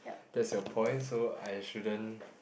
that's your point so I shouldn't